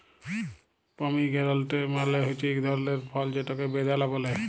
pomegranate মালে হছে ইক ধরলের ফল যেটকে বেদালা ব্যলে